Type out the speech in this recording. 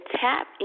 tap